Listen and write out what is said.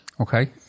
Okay